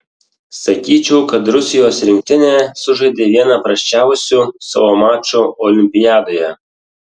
sakyčiau kad rusijos rinktinė sužaidė vieną prasčiausių savo mačų olimpiadoje